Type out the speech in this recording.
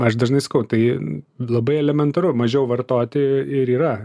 aš dažnai sakau tai labai elementaru mažiau vartoti ir yra